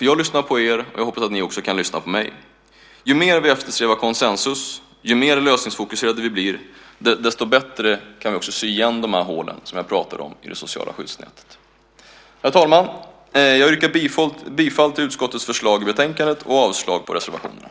Jag lyssnar på er, och jag hoppas att ni kan lyssna på mig. Ju mer vi eftersträvar konsensus, ju mer lösningsfokuserade vi blir, desto bättre kan vi också sy igen hålen i det sociala skyddsnätet. Herr talman! Jag yrkar bifall till utskottets förslag i betänkandet och avslag på reservationerna.